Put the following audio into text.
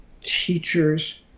teachers